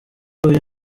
huye